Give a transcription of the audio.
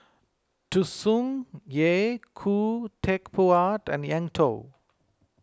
Tsung Yeh Khoo Teck Puat and Eng Tow